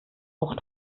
auch